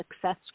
success